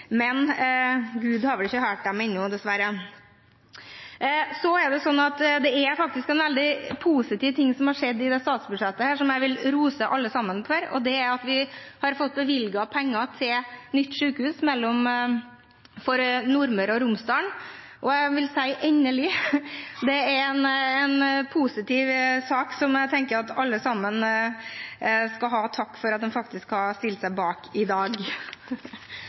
men Gud har vel dessverre ikke hørt dem ennå. Det er faktisk en veldig positiv ting som har skjedd i dette statsbudsjettet, og som jeg vil rose alle sammen for. Det er at vi har fått bevilget penger til nytt sykehus for Nordmøre og Romsdal, og jeg vil si: endelig! Det er en positiv sak som alle skal ha takk for at de har stilt seg bak i dag.